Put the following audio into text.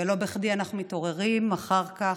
ולא בכדי אנחנו מתעוררים אחר כך,